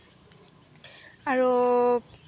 আৰু